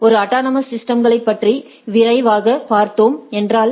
எனவே ஒரு அட்டானமஸ் சிஸ்டம்களைப் பற்றி விரைவாக பார்த்தோம் என்றால்